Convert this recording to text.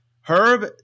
Herb